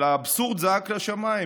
אבל האבסורד זעק לשמיים,